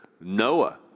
Noah